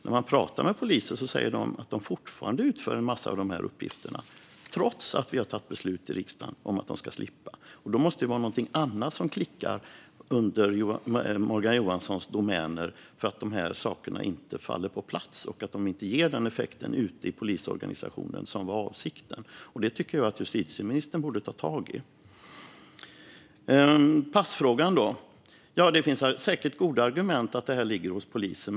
När man pratar med poliser säger de att de fortfarande utför en massa av dessa uppgifter, trots att vi har tagit beslut i riksdagen om att de ska slippa dem. Då måste det var något annat som klickar i Morgan Johanssons domäner. De här sakerna faller inte på plats, och detta har inte gett avsedd effekt ute i polisorganisationen. Jag tycker att justitieministern borde ta tag i det. När det gäller passfrågan finns det säkert goda argument för att detta ligger hos polisen.